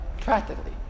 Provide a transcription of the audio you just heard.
practically